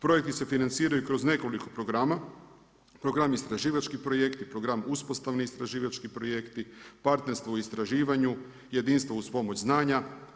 Projekti se financiraju kroz nekoliko programa, program istraživački projekti, program uspostavni istraživački projekti, partnerstvo u istraživanju, jedinstvo uz pomoć znanja.